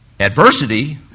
Adversity